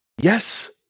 Yes